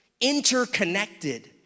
interconnected